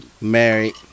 married